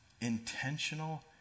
Intentional